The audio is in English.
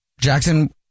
Jackson